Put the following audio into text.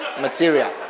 material